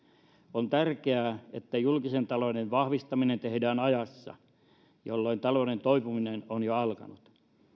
on tärkeää että julkisen talouden vahvistaminen tehdään ajassa jolloin talouden toipuminen on jo alkanut